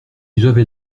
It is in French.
j’avais